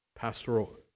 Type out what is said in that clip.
Pastoral